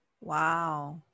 Wow